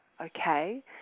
Okay